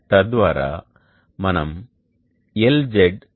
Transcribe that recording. తద్వారా మనం LZ విలువను పొందవచ్చు